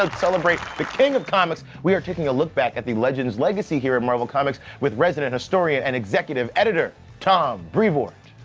celebrate the king of comics, we are taking a look back at the legend's legacy here at marvel comics with resident historian and executive editor tom brevoort.